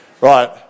Right